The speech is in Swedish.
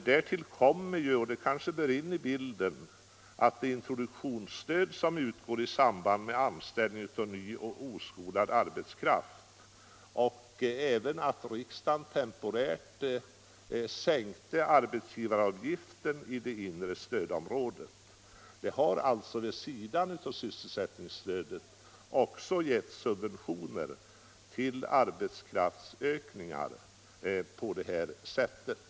Därtill kommer — det kanske bör in i bilden — det introduktionsstöd som utgår i samband med anställning av ny och oskolad arbetskraft. Man kan också inräkna att riksdagen temporärt sänkte arbetsgivaravgiften i inre stödområdet. — Det har alltså vid sidan av sysselsättningsstödet getts subventioner till arbetskraftsökningar på det här sättet.